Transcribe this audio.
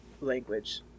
language